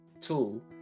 tool